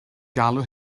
galw